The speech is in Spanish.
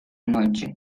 noche